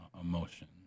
emotion